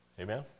Amen